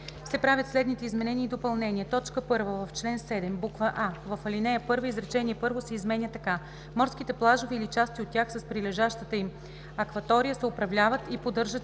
се правят следните изменения и допълнения: 1. В чл. 7: а) в ал. 1 изречение първо се изменя така: „Морските плажове или части от тях с прилежащата им акватория се управляват и поддържат